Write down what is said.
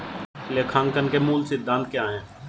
लेखांकन के मूल सिद्धांत क्या हैं?